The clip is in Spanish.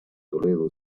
toledo